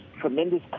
tremendous